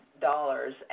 dollars